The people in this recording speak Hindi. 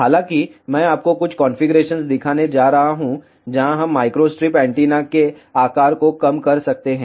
हालांकि मैं आपको कुछ कॉन्फ़िगरेशन दिखाने जा रहा हूं जहां हम माइक्रोस्ट्रिप एंटीना के आकार को कम कर सकते हैं